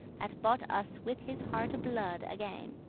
that bought us with his hearte-blood again.